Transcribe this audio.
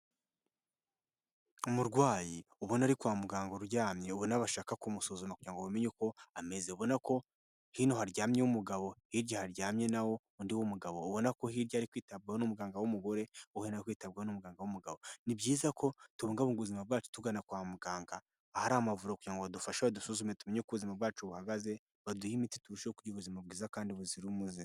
Umurwayi ubona ari kwa muganga uryamye, ubona bashaka kumusuzuma kugira ngo bamenye uko ameze, ubona ko hino haryamyeho umugabo, hirya haryamye na ho undi w'umugabo, ubona ko uwo hirya ari kwitabwaho n'umuganga w'umugore, uwo hino ari kwitabwaho n'umuganaga w'umugabo, ni byiza ko tubungabunga ubuzima bwacu tugana kwa muganga, ahari amavuriro kugira ngo badufashe badusuzume tumenye uko ubuzima bwacu buhagaze, baduhe imiti turusheho kugira ubuzima bwiza kandi buzira umuze.